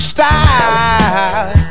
Style